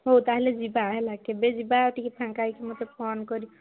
ହେଉ ତା'ହେଲେ ଯିବା ହେଲା କେବେ ଯିବା ଆଉ ଟିକିଏ ଫାଙ୍କା ହେଇକି ମୋତେ ଫୋନ୍ କରି